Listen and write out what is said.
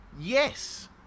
yes